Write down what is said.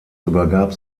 übergab